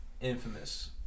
Infamous